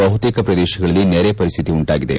ಬಹುತೇಕ ಪ್ರದೇಶಗಳಲ್ಲಿ ನೆರೆ ಪರಿಸ್ಥಿತಿ ಉಂಟಾಗಿದೆ